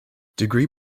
degree